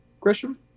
Gresham